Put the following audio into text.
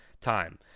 time